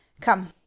Come